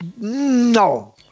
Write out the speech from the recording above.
No